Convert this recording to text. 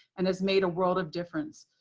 and has made a world of difference.